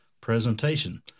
presentation